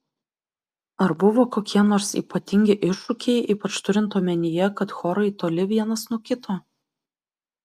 ar buvo kokie nors ypatingi iššūkiai ypač turint omenyje kad chorai toli vienas nuo kito